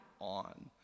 on